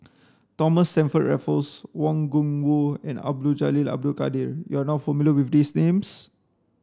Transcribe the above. Thomas Stamford Raffles Wang Gungwu and Abdul Jalil Abdul Kadir you are not familiar with these names